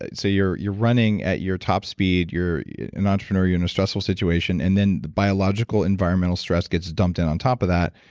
ah so you're you're running at your top speed. you're an entrepreneur. you're in a stressful situation. and then the biological and environmental stress gets dumped in on top of that,